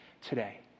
today